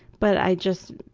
but i've just,